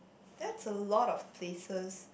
that's a lot of places